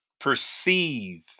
perceive